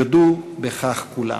יודו בכך כולם".